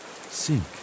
sink